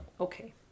Okay